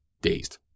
dazed